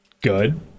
good